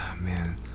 man